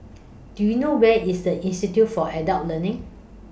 Do YOU know Where IS The Institute For Adult Learning